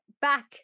back